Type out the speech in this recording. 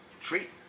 treat